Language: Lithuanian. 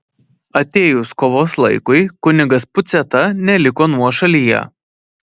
atėjus kovos laikui kunigas puciata neliko nuošalyje